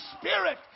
spirit